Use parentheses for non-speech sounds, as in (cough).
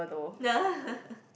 nah (laughs)